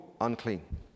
unclean